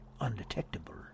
Undetectable